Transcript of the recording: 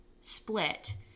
split